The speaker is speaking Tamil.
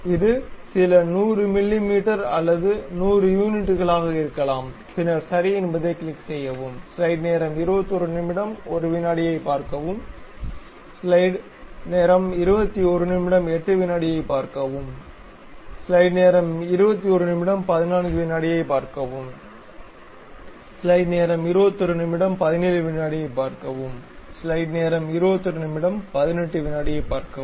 இது சில 100 மிமீ அல்லது 100 யூனிட்டுகளாக இருக்கலாம் பின்னர் சரி என்பதைக் கிளிக் செய்யவும்